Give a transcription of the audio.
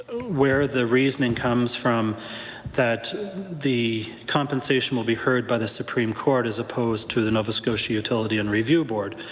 where the reasoning comes from that the compensation will be heard by the supreme court as opposed to the nova scotia utility and review board.